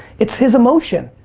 it's his emotion,